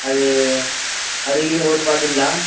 அது அதுகிது ஓட்டி பார்த்தீங்களா